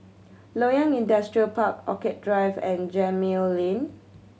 Loyang Industrial Park Orchid Drive and Gemmill Lane